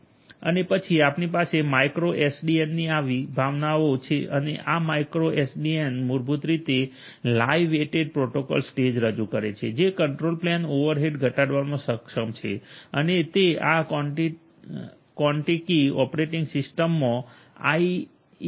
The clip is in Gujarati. અને પછી આપણી પાસે માઇક્રો એસડીએનની આ વિભાવનાઓ ખ્યાલો છે અને આ માઇક્રો એસડીએન મૂળભૂત રીતે લાઇટવેઇટ પ્રોટોકોલ સ્ટેક રજૂ કરે છે જે કંટ્રોલ પ્લેન ઓવરહેડ ઘટાડવામાં સક્ષમ છે અને તે આ કોન્ટીકી ઓપરેટિંગ સિસ્ટમમાં આઇઇઇઇ 802